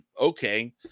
okay